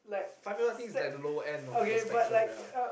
five people I think is like the lower end of the spectrum ya